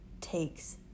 takes